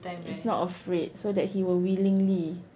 he's not afraid so that he will willingly